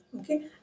Okay